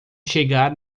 chegar